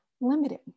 limited